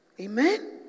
Amen